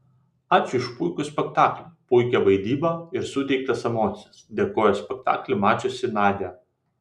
ačiū už puikų spektaklį puikią vaidybą ir suteiktas emocijas dėkojo spektaklį mačiusi nadia